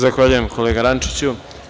Zahvaljujem, kolega Rančiću.